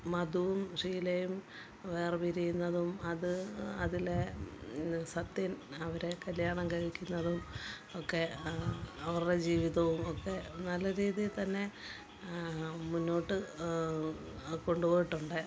മധുവും ഷീലയും വേർപിരിയുന്നതും അത് അതിലെ സത്യൻ അവരെ കല്യാണം കഴിക്കുന്നതും ഒക്കെ അവരുടെ ജീവിതവും ഒക്കെ നല്ല രീതിയില് തന്നെ മുന്നോട്ട് കൊണ്ടുപോയിട്ടുണ്ട്